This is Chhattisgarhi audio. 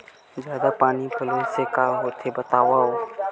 जादा पानी पलोय से का होथे बतावव?